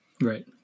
Right